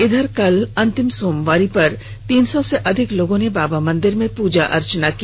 इधर कल अंतिम सोमवारी पर तीन सौ अधिक लोगों ने बाबा मंदिर में पूजा अर्चना की